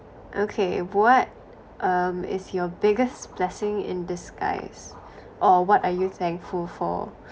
okay what um is your biggest blessing in disguise or what are you thankful for